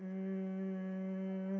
um